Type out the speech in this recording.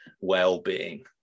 well-being